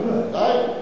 בוודאי.